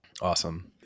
Awesome